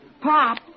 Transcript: Pop